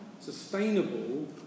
sustainable